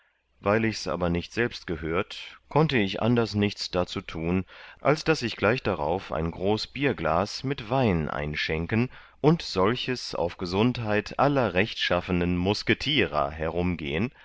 weil ichs aber nicht selbst gehört konnte ich anders nichts darzu tun als daß ich gleich darauf ein groß bierglas mit wein einschenken und solches auf gesundheit aller rechtschaffenen musketierer herumgehen